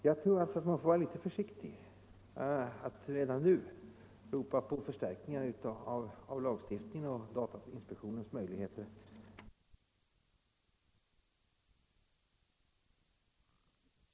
Jag tror alltså att man får vara litet försiktig med att redan nu ropa på förstärkning av lagstiftning om datainspektionens möjligheter att agera, även om jag väl förstår att herr Enlund är ute i ett gott syfte.